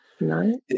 No